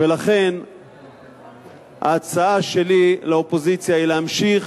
ולכן ההצעה שלי לאופוזיציה היא להמשיך